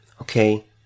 okay